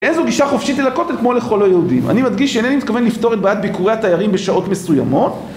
איזו גישה חופשית אל הכותל כמו לכל היהודים, אני מדגיש שאינני מתכוון לפתור את בעת ביקורי התיירים בשעות מסוימות